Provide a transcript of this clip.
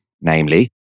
namely